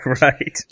right